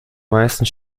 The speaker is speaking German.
meisten